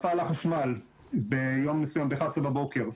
נפל החשמל ביום מסוים ב-11:00 בבוקר,